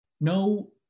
no